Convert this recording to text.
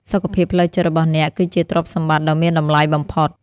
សុខភាពផ្លូវចិត្តរបស់អ្នក គឺជាទ្រព្យសម្បត្តិដ៏មានតម្លៃបំផុត។